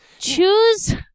Choose